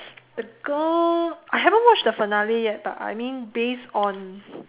the girl I haven't watched the finale yet but I mean based on